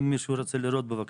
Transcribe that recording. אם מישהו רוצה לראות בבקשה.